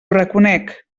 reconec